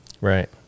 Right